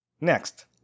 Next